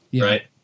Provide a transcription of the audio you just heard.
right